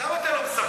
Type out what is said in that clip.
אז למה אתה לא מספח?